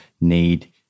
need